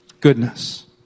goodness